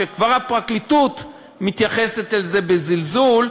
כבר הפרקליטות מתייחסת לזה בזלזול,